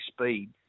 speed